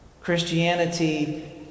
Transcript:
Christianity